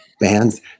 bands